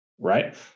right